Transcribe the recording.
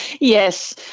Yes